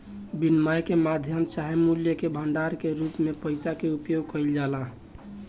विनिमय के माध्यम चाहे मूल्य के भंडारण के रूप में पइसा के उपयोग कईल जाला